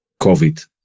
COVID